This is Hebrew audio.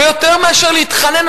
ויותר מאשר להתחנן,